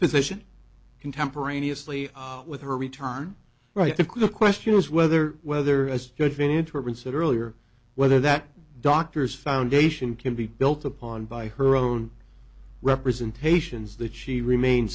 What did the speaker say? position contemporaneously with her return right the question is whether whether as children interprets it earlier whether that doctor's foundation can be built upon by her own representations that she remain